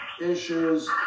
issues